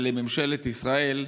ולממשלת ישראל,